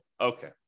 Okay